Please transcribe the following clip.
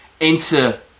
enter